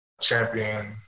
champion